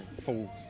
full